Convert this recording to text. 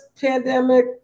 pandemic